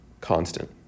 constant